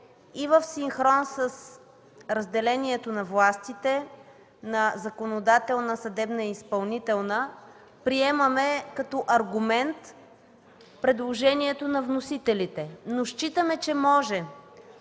и в синхрон с разделението на властите на законодателна, съдебна и изпълнителна, приемаме като аргумент предложението на вносителите, но считаме, че може